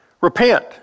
Repent